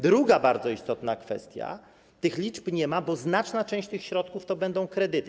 Druga bardzo istotna kwestia: tych liczb nie ma, bo znaczna część tych środków to będą kredyty.